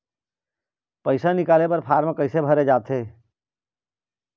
पैसा निकाले बर फार्म कैसे भरे जाथे?